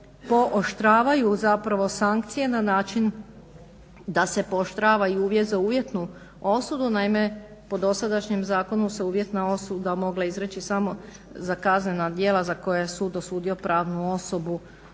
pooštravaju zapravo sankcije na način da se pooštrava i uvjet za uvjetnu osudu. Naime, po dosadašnjem zakonu se uvjetna osuda mogla izreći samo za kaznena djela za koja je sud dosudio pravnu osobu